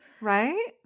right